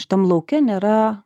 šitam lauke nėra